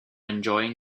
enjoying